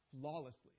flawlessly